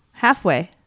Halfway